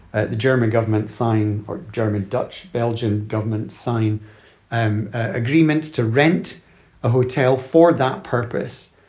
ah the german government sign or german-dutch-belgian government sign an agreement to rent a hotel for that purpose.